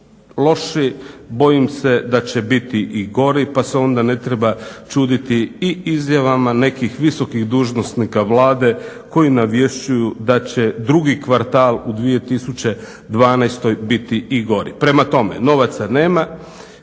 Bojim se da će biti i gori, pa se onda ne treba čuditi i izjavama nekih visokih dužnosnika Vlade koji navješćuju da će drugi kvartal u 2012. biti i gori. Prema tome, novaca nema,